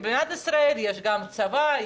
במדינת ישראל יש גם צבא,